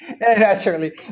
Naturally